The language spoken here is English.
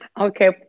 Okay